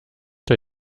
der